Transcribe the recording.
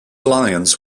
lions